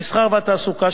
המסחר והתעסוקה,